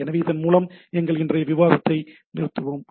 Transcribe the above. எனவே இதன் மூலம் எங்கள் இன்றைய விவாதத்தை நிறுத்துவோம்